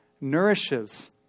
nourishes